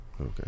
Okay